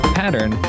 pattern